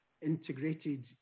integrated